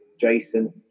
Jason